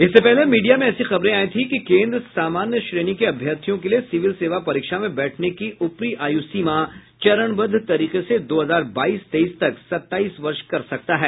इससे पहले मीडिया में ऐसी खबरें आई थीं कि केन्द्र सामान्य श्रेणी के अभ्यर्थियों के लिए सिविल सेवा परीक्षा में बैठने की ऊपरी आयु सीमा चरणबद्ध तरीके से दो हजार बाईस तेईस तक सताईस वर्ष कर सकता है